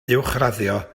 uwchraddio